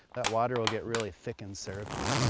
that water will get really thick and syrupy.